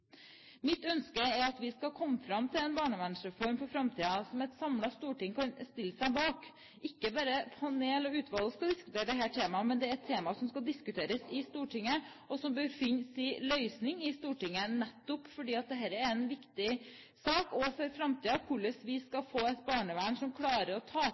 Mitt ønske er at vi skal komme fram til en barnevernsreform for framtiden som et samlet storting kan stille seg bak. Det er ikke bare panel og utvalg som skal diskutere dette temaet, men det er et tema som skal diskuteres i Stortinget, og som bør finne sin løsning i Stortinget, nettopp fordi dette er en viktig sak også for framtiden, hvordan vi skal få et barnevern som klarer å ta